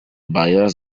bias